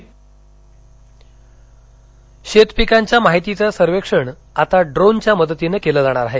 डोन लातर शेतपीकांच्या माहितीचं सर्वेक्षण आता ड्रोन च्या मदतीनं केलं जाणार आहे